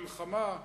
מלחמה,